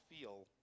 feel